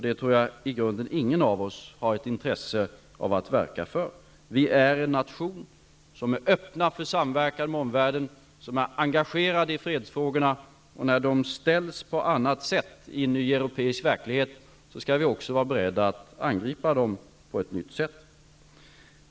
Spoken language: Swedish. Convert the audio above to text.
Det tror jag inte att någon av oss i grunden har ett intresse att verka för. Vi är en nation som är öppen för samverkan med omvärlden och som är engagerad i fredsfrågorna. När de ser ut på ett annat sätt i en ny europeisk verklighet skall vi också vara beredda att angripa dem på ett nytt sätt.